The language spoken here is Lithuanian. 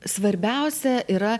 svarbiausia yra